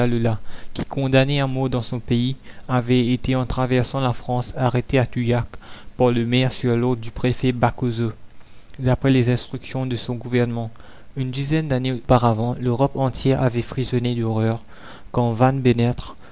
qui condamné à mort dans son pays avait été en traversant la france arrêté à touillac par le maire sur l'ordre du préfet backauseut d'après les instructions de son gouvernement une dizaine d'années auparavant l'europe entière avait frissonné d'horreur quand